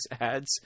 ads